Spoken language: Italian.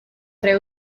tre